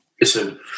Listen